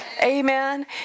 amen